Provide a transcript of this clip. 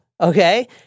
okay